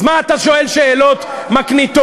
אז מה אתה שואל שאלות מקניטות?